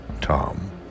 Tom